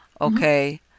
okay